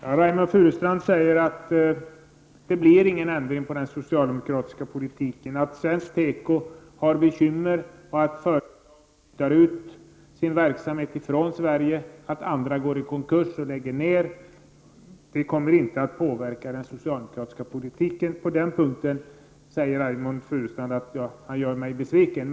Fru talman! Reynoldh Furustrand säger att det inte blir någon ändring i fråga om den socialdemokratiska politiken. Att svensk tekoindustri har bekymmer, att delar av den flyttar sin verksamhet från Sverige och andra delar går i konkurs och lägger ned kommer inte att påverka den socialdemokratiska politiken. På den punkten säger Reynoldh Furustrand att han gör mig besviken.